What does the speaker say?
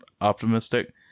optimistic